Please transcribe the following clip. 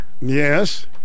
yes